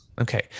Okay